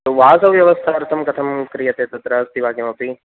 वासव्यवस्थार्थं कथं क्रीयते तत्र अस्ति वा किमपि